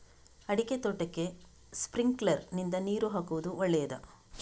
ಅಡಿಕೆ ತೋಟಕ್ಕೆ ಸ್ಪ್ರಿಂಕ್ಲರ್ ನಿಂದ ನೀರು ಹಾಕುವುದು ಒಳ್ಳೆಯದ?